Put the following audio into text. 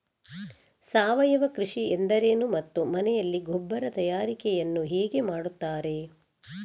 ಸಾವಯವ ಕೃಷಿ ಎಂದರೇನು ಮತ್ತು ಮನೆಯಲ್ಲಿ ಗೊಬ್ಬರ ತಯಾರಿಕೆ ಯನ್ನು ಹೇಗೆ ಮಾಡುತ್ತಾರೆ?